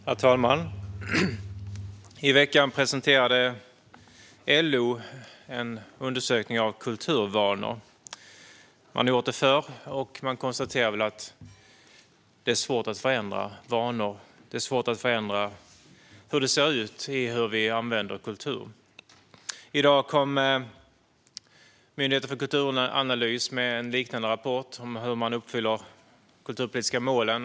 Herr talman! I veckan presenterade LO en undersökning av kulturvanor. Man har gjort det förr, och man konstaterade återigen att det är svårt att förändra vanor och hur det ser ut när det gäller hur vi använder kultur. I dag kom Myndigheten för kulturanalys med en liknande rapport om hur man uppfyller de kulturpolitiska målen.